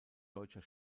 deutscher